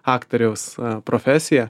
aktoriaus profesija